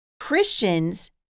Christians